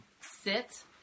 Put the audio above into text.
sit